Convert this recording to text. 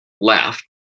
left